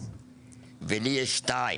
ולי יש שניים,